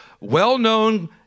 well-known